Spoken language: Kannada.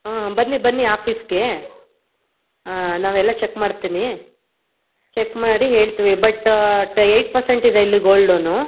ಹಾಂ ಬನ್ನಿ ಬನ್ನಿ ಆಫೀಸಿಗೆ ಹಾಂ ನಾವೆಲ್ಲ ಚೆಕ್ ಮಾಡ್ತೀನಿ ಚೆಕ್ ಮಾಡಿ ಹೇಳ್ತೀವಿ ಬಟ್ ಏಯ್ಟ್ ಪರ್ಸೆಂಟ್ ಇದೆ ಇಲ್ಲಿ ಗೋಲ್ಡ್ ಲೋನು